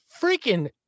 freaking